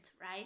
right